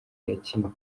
yakinnye